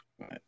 Right